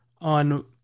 on